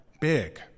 big